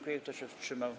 Kto się wstrzymał?